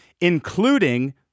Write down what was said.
including